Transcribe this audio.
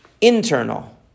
internal